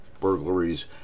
burglaries